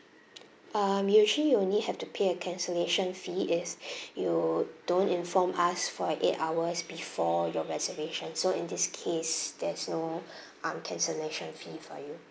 um you actually only have to pay a cancellation fee is you don't inform us for a eight hours before your reservations so in this case there's no um cancellation fee for you